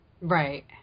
Right